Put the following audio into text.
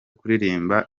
kuririmbira